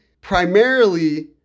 primarily